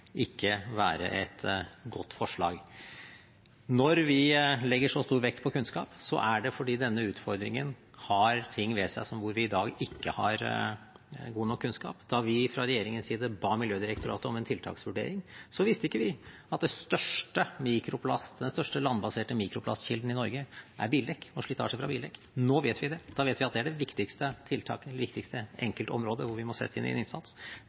ikke være et godt forslag. Når vi legger så stor vekt på kunnskap, er det fordi denne utfordringen har ting ved seg som vi i dag ikke har god nok kunnskap om. Da vi, fra regjeringens side, ba Miljødirektoratet om en tiltaksvurdering, visste vi ikke at den største landbaserte mikroplastkilden i Norge er bildekk og slitasje fra bildekk. Nå vet vi det. Da vet vi at det er det viktigste enkeltområdet hvor vi må sette inn en innsats.